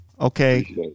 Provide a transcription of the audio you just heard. Okay